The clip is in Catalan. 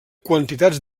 quantitats